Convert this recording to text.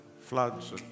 floods